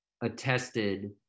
attested